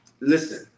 Listen